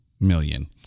million